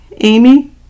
Amy